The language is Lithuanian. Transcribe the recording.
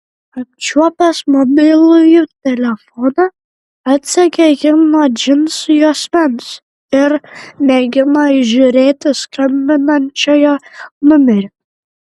apčiuopęs mobilųjį telefoną atsegė jį nuo džinsų juosmens ir mėgino įžiūrėti skambinančiojo numerį